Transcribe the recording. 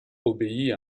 obéit